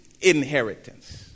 inheritance